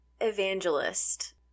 Evangelist